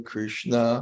Krishna